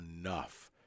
enough